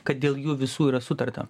kad dėl jų visų yra sutarta